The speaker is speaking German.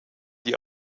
die